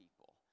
people